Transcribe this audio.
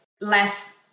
less